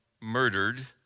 murdered